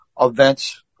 events